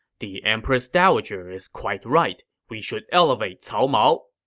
the empress dowager is quite right. we should elevate cao mao.